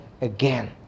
again